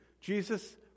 Jesus